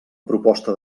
proposta